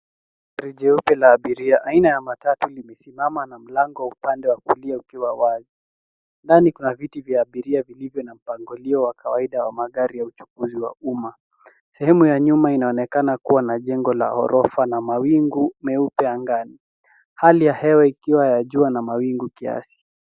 Gari jeupe la abiria aina ya matatu limesimama na malngo uapande wa kulia ukiwa wazi ndani kuna viti vya abiria vilivyo na mapangilio wa kawaida wa magari ya uchukuzi wa umma sehemu ya nyuma inaonekana kua na jengo la gorofa na mawingu meupe angani hali ya hewa ikiwa ya jua na mawingu kiasi.